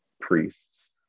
priests